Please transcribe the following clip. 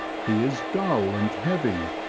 he is dull and heavy,